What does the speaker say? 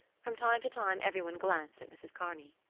from time to time everyone glanced at mrs. kearney.